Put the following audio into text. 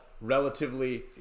relatively